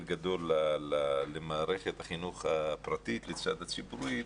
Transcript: גדול למערכת החינוך הפרטית לצד הציבורית,